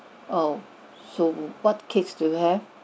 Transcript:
oh so what cakes do you have